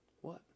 What